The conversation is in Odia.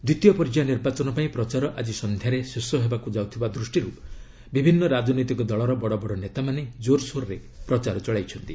ଦ୍ୱିତୀୟ ପର୍ଯ୍ୟାୟ ନିର୍ବାଚନ ପାଇଁ ପ୍ରଚାର ଆଜି ସଂଧ୍ୟାରେ ଶେଷ ହେବାକୁ ଯାଉଥିବା ଦୃଷ୍ଟିରୁ ବିଭିନ୍ନ ରାଜନୈତିକ ଦଳର ବଡବଡ ନେତାମାନେ ଜୋର୍ସୋର୍ରେ ପ୍ରଚାର ଚଳାଇଛନ୍ତି